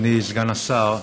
אדוני סגן השר,